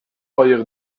قایق